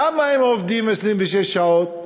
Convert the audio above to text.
למה הם עובדים 26 שעות?